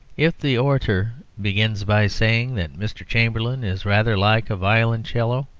if the orator begins by saying that mr. chamberlain is rather like a violoncello,